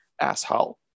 asshole